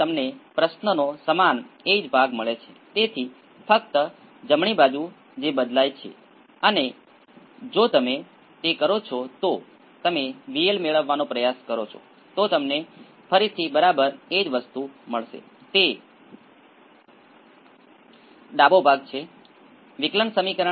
હવે હું આ લોગ સ્કેલ પરથી કોઈપણ બિંદુમાં નિશાની કરી શકું છું એટલે કે ચાલો કહીએ કે આ 4 સેન્ટિમીટર હતું તે પણ 4 સેન્ટિમીટર છે